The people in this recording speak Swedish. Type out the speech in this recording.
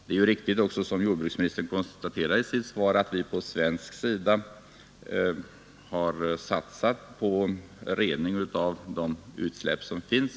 Det är riktigt som jordbruksministern konstaterar i sitt svar att vi från svensk sida satsat på rening av de utsläpp som finns.